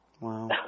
wow